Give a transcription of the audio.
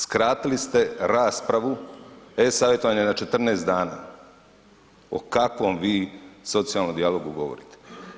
Skratili ste raspravu e-savjetovanja na 14 dana, o kakvom vi socijalnom dijalogu govorite?